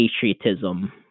patriotism